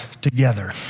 together